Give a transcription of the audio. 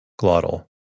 Glottal